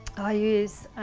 i use,